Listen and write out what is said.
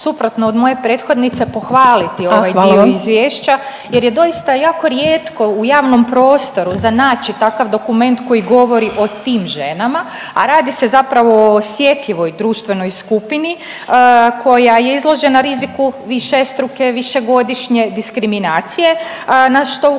suprotno od moje prethodnice pohvaliti ovaj dio izvješća… …/Upadica Ljubičić: A hvala vam/… …jer je doista jako rijetko u javnom prostoru za naći takav dokument koji govori o tim ženama, a radi se zapravo o osjetljivoj društvenoj skupini koja je izložena riziku višestruke višegodišnje diskriminacije, na što ukazuju